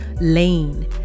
lane